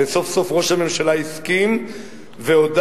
וסוף-סוף ראש הממשלה הסכים והודה,